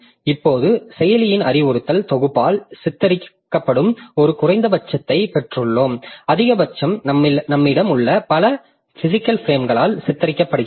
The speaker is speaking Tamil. இப்போது செயலியின் அறிவுறுத்தல் தொகுப்பால் சித்தரிக்கப்படும் ஒரு குறைந்தபட்சத்தைப் பெற்றுள்ளோம் அதிகபட்சம் நம்மிடம் உள்ள பல பிசிகல்பிரேம்களால் சித்தரிக்கப்படுகிறது